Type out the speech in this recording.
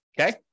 Okay